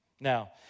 Now